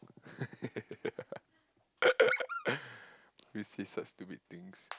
we say such stupid things